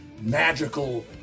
magical